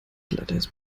glatteis